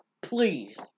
please